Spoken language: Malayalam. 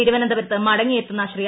തിരുവനൂന്തപുരത്ത് മടങ്ങിയെത്തുന്ന ശ്രീ